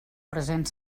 present